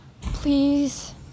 Please